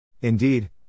Indeed